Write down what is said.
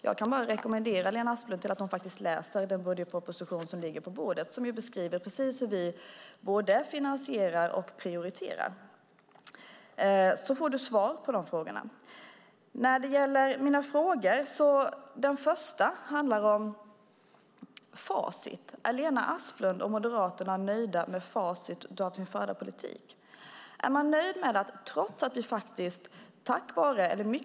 Jag kan bara rekommendera Lena Asplund att faktiskt läsa den budgetproposition som ligger på bordet och som beskriver precis hur vi både finansierar och prioriterar. Då får du svar på dessa frågor. När det gäller mina frågor handlar den första om facit. Är Lena Asplund och Moderaterna nöjda med facit av sin förda politik?